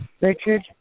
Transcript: Richard